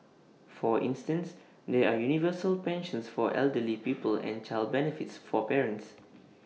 for instance there are universal pensions for elderly people and child benefits for parents